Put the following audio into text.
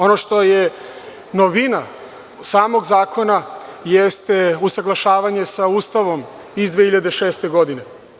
Ono što je novina samog zakona, jeste usaglašavanje sa Ustavom iz 2006. godine.